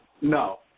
No